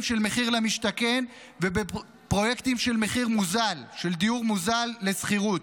של מחיר למשתכן ובפרויקטים של דיור מוזל לשכירות.